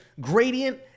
Gradient